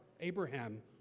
Abraham